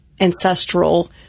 ancestral